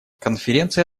конференция